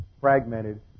fragmented